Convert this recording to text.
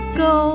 go